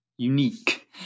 unique